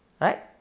Right